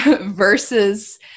versus